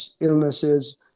illnesses